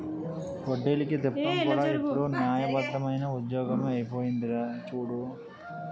వడ్డీలకి తిప్పడం కూడా ఇప్పుడు న్యాయబద్దమైన ఉద్యోగమే అయిపోందిరా చూడు